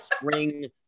Spring